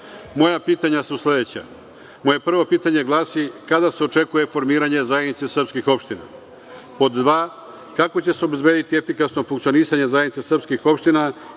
Vreme.)Moje prvo pitanje glasi – kada se očekuje formiranje zajednice srpskih opština? Pod dva – kako će se obezbediti efikasno funkcionisanje zajednice srpskih opština